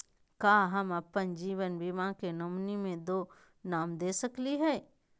का हम अप्पन जीवन बीमा के नॉमिनी में दो नाम दे सकली हई?